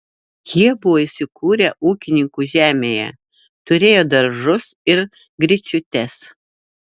jie buvo įsikūrę ūkininkų žemėje turėjo daržus ir gryčiutes